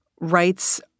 rights